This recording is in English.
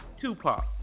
Tupac